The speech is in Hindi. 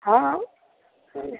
हाँ हाँ